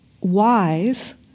wise